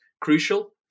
crucial